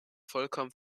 vollkommen